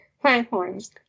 platforms